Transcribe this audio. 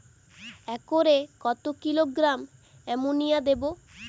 একরে কত kilogram ammonia দেবো?